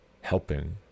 helping